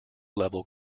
level